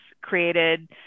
created